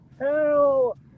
hell